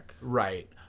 Right